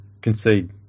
concede